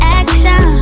action